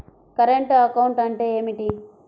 Current account అంటే ఏమిటి?